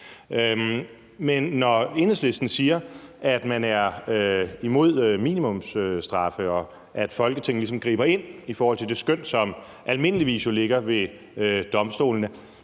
Men når Enhedslisten siger, at man er imod minimumsstraffe og det, at Folketinget ligesom griber ind i forhold til det skøn, som jo almindeligvis ligger hos domstolene,